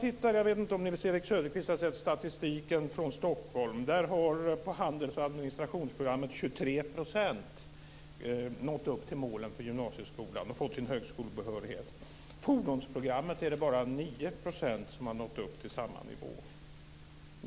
Jag vet inte om Nils-Erik Söderqvist har sett statistiken från Stockholm. Där har på handels och administrationsprogrammet 23 % nått upp till målen för gymnasieskolan och fått sin högskolebehörighet. På fordonsprogrammet är det bara 9 % som har nått upp till samma nivå.